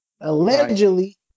Allegedly